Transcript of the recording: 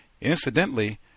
Incidentally